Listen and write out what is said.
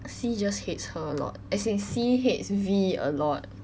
C just hates her a lot as in C hates V a lot